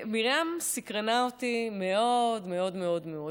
מרים סקרנה אותי מאוד מאוד מאוד.